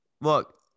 Look